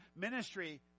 ministry